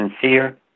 sincere